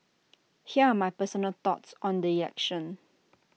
here are my personal thoughts on the elections